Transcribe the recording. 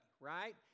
right